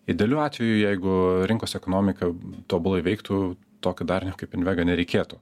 idealiu atveju jeigu rinkos ekonomika tobulai veiktų tokio darinio kaip invega nereikėtų